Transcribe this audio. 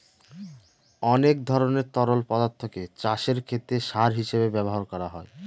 অনেক ধরনের তরল পদার্থকে চাষের ক্ষেতে সার হিসেবে ব্যবহার করা যায়